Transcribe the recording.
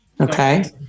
Okay